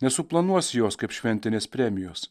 nesuplanuosi jos kaip šventinės premijos